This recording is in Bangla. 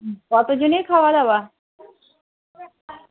হুম কত জনের খাওয়া দাওয়া